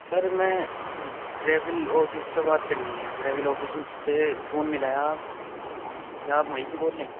سر میں travel office سے بات کرنی ہے ٹریول آفس آفس سے فون ملایا ہے آپ کیا آپ وہیں سے بول رہے ہیں